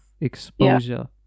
exposure